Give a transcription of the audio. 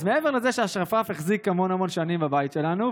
אז מעבר לזה שהשרפרף החזיק המון המון שנים בבית שלנו,